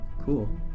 Cool